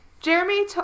jeremy